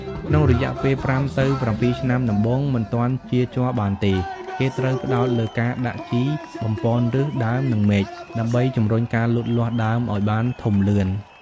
ក្នុងរយៈពេល ៥ ទៅ ៧ ឆ្នាំដំបូងមិនទាន់ចៀរជ័របានទេ គេត្រូវផ្តោតលើការដាក់ជីបំប៉នឫស ដើម និងមែក ដើម្បីជំរុញការលូតលាស់ដើមឱ្យបានធំលឿន។